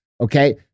okay